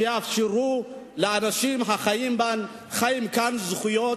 שיאפשרו לאנשים החיים כאן זכויות,